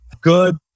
good